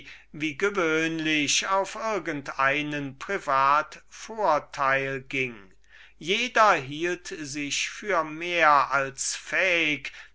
gerade zu auf irgend einen privat vorteil ging jeder hielt sich für mehr als fähig